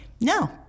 no